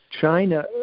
China